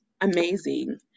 amazing